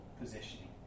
positioning